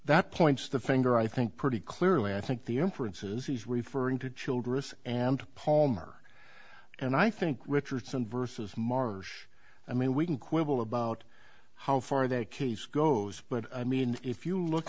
that points the finger i think pretty clearly i think the inferences he's referring to childress and palmer and i think richardson versus marsh i mean we can quibble about how far their case goes but i mean if you look